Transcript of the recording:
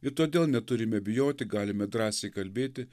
ir todėl neturime bijoti galime drąsiai kalbėti